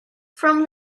from